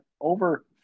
over